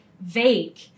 vague